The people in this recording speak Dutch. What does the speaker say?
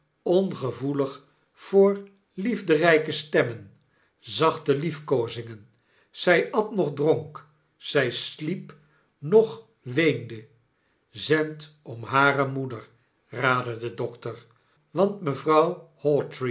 ongevoelig voor liefderijke stemmen zachte liefkoozingen zjj at noch dronk zij sliep noch weende zend om hare moeder raadde de dokter want mevrouw